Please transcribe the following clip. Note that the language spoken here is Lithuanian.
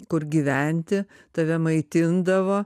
kur gyventi tave maitindavo